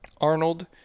Arnold